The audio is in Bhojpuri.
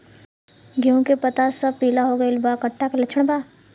गेहूं के पता सब पीला हो गइल बा कट्ठा के लक्षण बा?